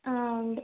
ആ ഉണ്ട്